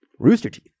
Roosterteeth